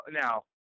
now